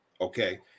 Okay